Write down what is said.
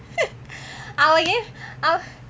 அவன் ஏன் அவன்:aven yen aven